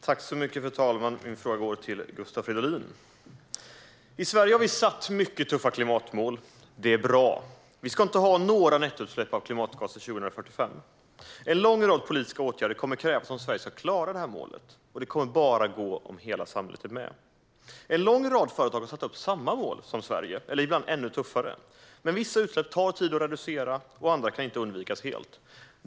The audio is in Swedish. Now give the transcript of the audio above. Fru talman! Min fråga går till Gustav Fridolin. I Sverige har vi satt upp mycket tuffa klimatmål. Det är bra. Vi ska inte ha några nettoutsläpp av klimatgaser 2045. En lång rad politiska åtgärder kommer att krävas om Sverige ska klara det här målet, och det kommer bara att gå om hela samhället är med. En lång rad företag har satt upp samma mål som Sverige, eller ibland ännu tuffare. Men vissa utsläpp tar tid att reducera, och andra kan inte undvikas helt.